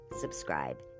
subscribe